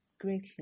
greatly